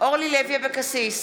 אורלי לוי אבקסיס,